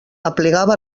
aplegava